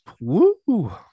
Woo